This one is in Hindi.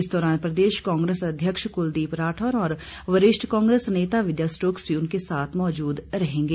इस दौरान प्रदेश कांग्रेस अध्यक्ष कुलदीप राठौर और वरिष्ठ कांग्रेस नेता विद्या स्टोक्स भी उनके साथ मौजूद रहेंगे